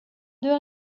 deux